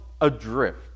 adrift